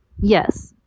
Yes